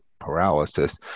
paralysis